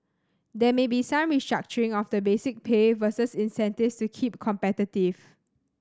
there may be some restructuring of the basic pay versus incentives to keep competitive